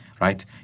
right